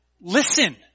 listen